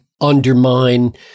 undermine